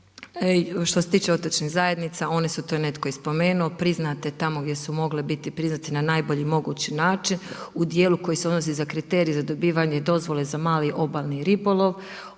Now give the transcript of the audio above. što se tiče otočnih zajednica one su to je netko i spomenuo priznate tamo gdje su mogle biti priznate na najbolji mogući način u dijelu koji se odnosi na kriterije za dobivanje dozvole za mali obalni ribolov,